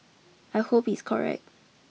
I hope he's correct